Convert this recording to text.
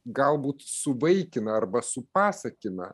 galbūt suvaikina arba supasakina